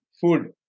Food